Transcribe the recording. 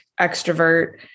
extrovert